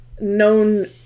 known